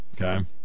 Okay